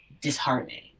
disheartening